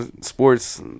sports